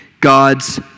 God's